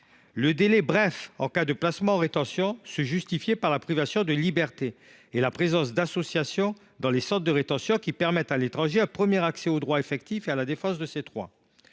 le week end. En cas de placement en rétention, le délai bref se justifiait par la privation de liberté et la présence d’associations dans les centres de rétention, qui permettent à l’étranger un premier accès au droit effectif et la défense de ses droits.